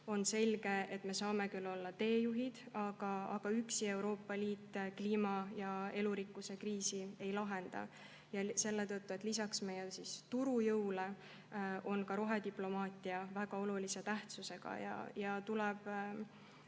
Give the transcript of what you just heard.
On selge, et me saame küll olla teejuhid, aga Euroopa Liit üksi kliima- ja elurikkuse kriisi ei lahenda. Ja selle tõttu on lisaks meie turujõule ka rohediplomaatia väga olulise tähtsusega. Tuleb